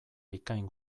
bikain